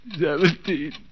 seventeen